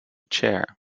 chair